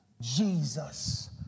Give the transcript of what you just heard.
Jesus